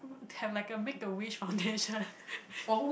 can like a Make A Wish foundation